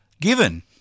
given